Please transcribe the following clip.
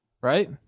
Right